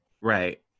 right